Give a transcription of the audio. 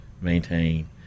maintain